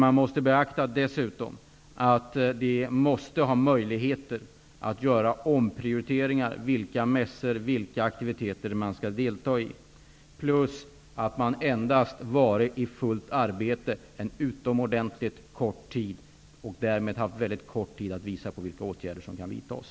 Man måste dessutom beakta att vi måste ha möjligheter att göra omprioriteringar av vilka mässor och aktiviteter som man skall delta i. Jag vill tillägga att man har varit i arbete endast under en utomordentligt kort tid och därmed ännu inte haft särskilt stora möjligheter att visa vilka åtgärder som kan vidtas.